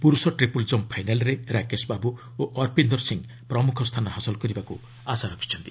ପୁରୁଷ triple jump ଫାଇନାଲ୍ରେ ରାକେଶ ବାବୁ ଓ ଅର୍ପିନ୍ଦର ସିଂ ପ୍ରମୁଖ ସ୍ଥାନ ହାସଲ କରିବାକୁ ଆଶା ରଖିଛନ୍ତି